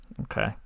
Okay